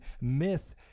myth